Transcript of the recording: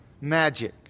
magic